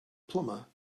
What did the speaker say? plumber